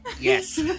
Yes